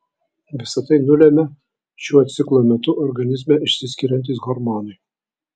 visa tai nulemia šiuo ciklo metu organizme išsiskiriantys hormonai